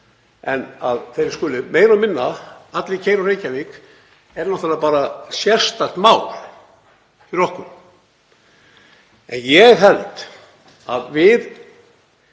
en að þeir skuli meira og minna allir keyra úr Reykjavík er náttúrlega bara sérstakt mál fyrir okkur. En ég held